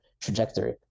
trajectory